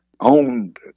owned